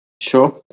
Sure